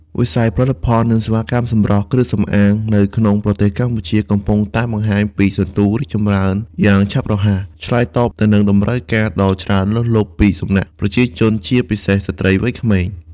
វិស័យផលិតផល និងសេវាកម្មសម្រស់ គ្រឿងសម្អាង នៅក្នុងប្រទេសកម្ពុជា កំពុងតែបង្ហាញពីសន្ទុះរីកចម្រើនយ៉ាងឆាប់រហ័ស ឆ្លើយតបទៅនឹងតម្រូវការដ៏ច្រើនលើសលប់ពីសំណាក់ប្រជាជន ជាពិសេសស្រ្តីវ័យក្មេង។